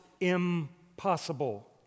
impossible